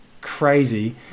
crazy